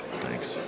Thanks